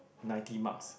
ninety marks